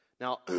Now